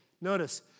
Notice